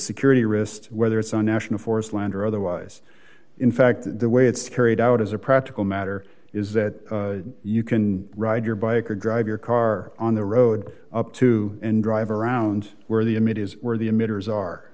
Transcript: security risk whether it's on national forest land or otherwise in fact the way it's carried out as a practical matter is that you can ride your bike or drive your car on the road up to and drive around where the image is where the